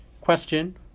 Question